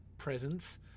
presence